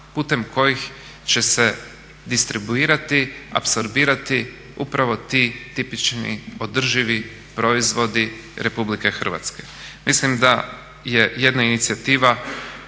putem kojih će se distribuirati, apsorbirati upravo ti tipični održivi proizvodi Republike Hrvatske. Mislim da je jedna inicijativa